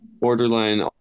borderline